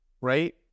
right